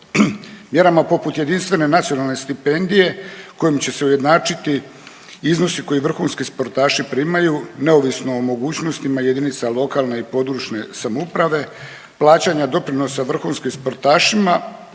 Mjerama poput jedinstvene nacionalne stipendije kojom će se ujednačiti iznosi koje vrhunski sportaši primaju neovisno o mogućnosti jedinica lokalne i područne samouprave, plaćanja doprinosa vrhunskim sportašima